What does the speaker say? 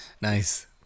Nice